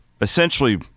essentially